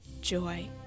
joy